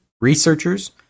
researchers